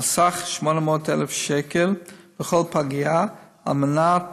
בסך 800,000 שקל לכל פגייה על מנת